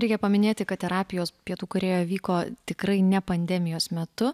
reikia paminėti kad terapijos pietų korėjo vyko tikrai ne pandemijos metu